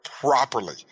properly